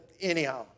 anyhow